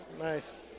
Nice